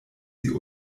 sie